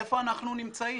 איפה אנחנו נמצאים?